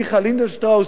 מיכה לינדנשטראוס,